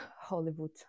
Hollywood